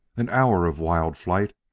an hour of wild flight,